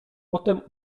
potem